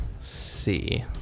see